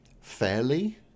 fairly